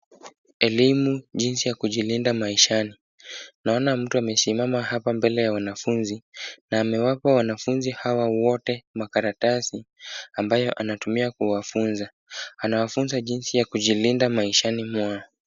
Elimu jinsi ya kujilinda maishani. Naona mtu amesimama hapa mbele ya wanafunzi, na amewapa wanafunzi hawa wote makaratasi ambayo anatumia kuwafunza. Anawafunza jinsi ya kujilinda maishani mwao.